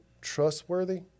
trustworthy